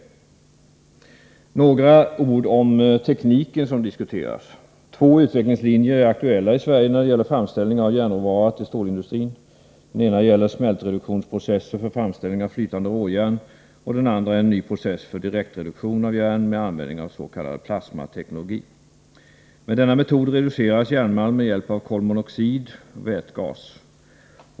Sedan några ord om den teknik som diskuteras. Två utvecklingslinjer är aktuella i Sverige när det gäller framställning av järnråvara till stålindustrin. I det ena fallet gäller det smältreduktionsprocesser för framställning av flytande råjärn. I det andra fallet gäller det en ny process för direktreduktion av järn med användning av den s.k. plasmateknologin. Med denna metod reduceras järnmalm med hjälp av kolmonoxid/vätgas.